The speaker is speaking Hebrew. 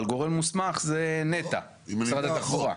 אבל גורם מוסמך זה נת"ע, משרד התחבורה.